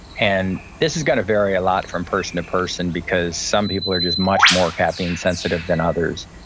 and this is gonna vary a lot from person to person because some people are just much more caffeine-sensitive than others.